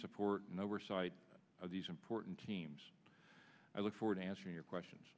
support and oversight of these important teams i look forward to answering your questions